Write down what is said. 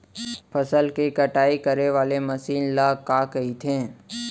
फसल की कटाई करे वाले मशीन ल का कइथे?